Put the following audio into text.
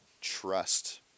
trust